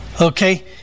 Okay